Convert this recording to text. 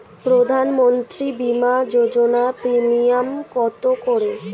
প্রধানমন্ত্রী বিমা যোজনা প্রিমিয়াম কত করে?